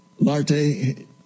Larte